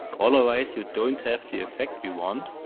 otherwise, you don't have the effect we want.